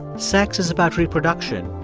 sex is about reproduction,